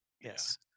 Yes